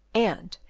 and,